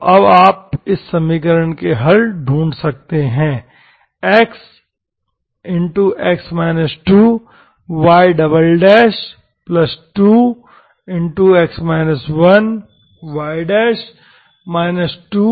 तो अब आप इस समीकरण के हल ढूंढ सकते हैं xy2y 2y0